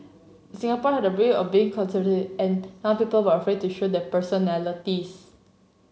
Singapore had a rep of being and young people were afraid to show their personalities